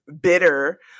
bitter